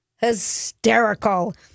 hysterical